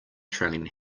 trailing